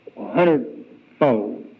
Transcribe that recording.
hundredfold